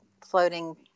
floating